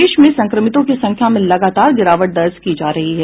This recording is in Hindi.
देश में संक्रमितों की संख्या में लगातार गिरावट दर्ज की जा रही है